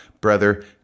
Brother